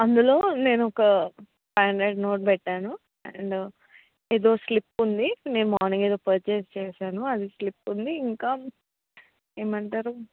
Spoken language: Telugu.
అందులో నేను ఒక ఫైవ్ హండ్రెడ్ నోట్ పెట్టాను అండ్ ఏదో స్లిప్ ఉంది నేను మార్నింగ్ ఏదో పర్చేస్ చేశాను అది స్లిప్ ఉంది ఇంకా ఏమంటారు